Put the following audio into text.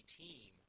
team